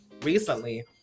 recently